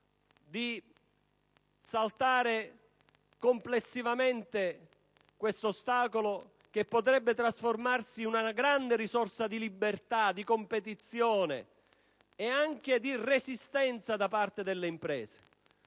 di saltare complessivamente questo ostacolo, che potrebbe trasformarsi in una grande risorsa di libertà, di competizione e anche di resistenza da parte delle imprese.